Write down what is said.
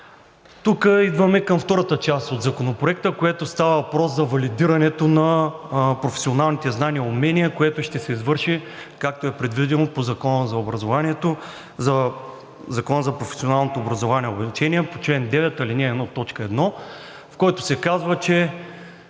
Тук идваме към втората част от Законопроекта, когато става въпрос за валидирането на професионалните знания и умения, което ще се извърши, както е предвидено по Закона за професионалното образование и обучение по чл. 9, ал. 1, т. 1, в който се казва, че